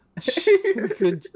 Good